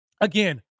again